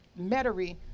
metairie